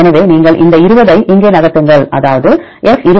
எனவே நீங்கள் இந்த 20 ஐ இங்கே நகர்த்துங்கள் அதாவது F 20 ஆல் 1 மைனஸ் 0